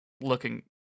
looking